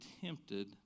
tempted